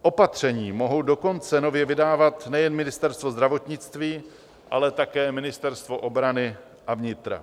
Opatření mohou dokonce nově vydávat nejen Ministerstvo zdravotnictví, ale také ministerstva obrany a vnitra.